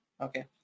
Okay